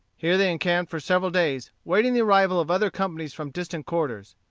here they encamped for several days, waiting the arrival of other companies from distant quarters.